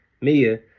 Mia